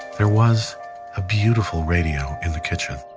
there was a beautiful radio in the kitchen.